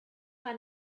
find